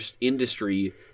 industry